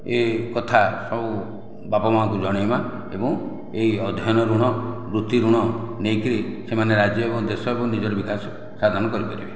ଏକଥା ସବୁ ବାପାମା'ଙ୍କୁ ଜଣେଇବା ଏବଂ ଏହି ଅଧ୍ୟୟନ ଋଣ ବୃତ୍ତି ଋଣ ନେଇକରି ସେମାନେ ରାଜ୍ୟ ଏବଂ ଦେଶକୁ ନିଜର ବିକାଶ ସାଧନ କରିପାରିବେ